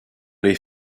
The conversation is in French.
les